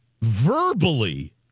Verbally